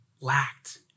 lacked